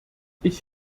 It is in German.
ich